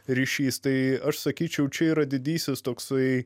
ryšys tai aš sakyčiau čia yra didysis toksai